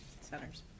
centers